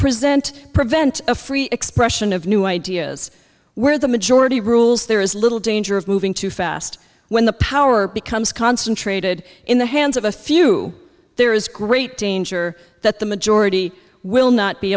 present prevent a free expression of new ideas where the majority rules there is little danger of moving too fast when the power becomes concentrated in the hands of a few there is great danger that the majority will not be